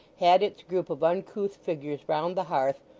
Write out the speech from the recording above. had its group of uncouth figures round the hearth,